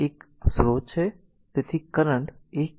તેથી કરંટ 1